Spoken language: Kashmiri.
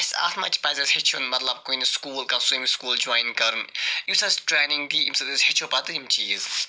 اَسہِ اَتھ مَنٛز پَزِ اَسہِ ہیٚچھُن مَطلَب کُنہِ سُکول کانٛہہ سِومِنٛگ سکول جویِن کَرُن یُس اَسہِ ٹرٛینِنٛگ دی ییٚمہِ سۭتۍ أسۍ ہیٚچھو پَتہٕ یِم چیٖز